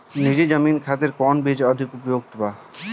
नीची जमीन खातिर कौन बीज अधिक उपयुक्त बा?